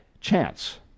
chance